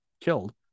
killed